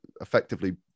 effectively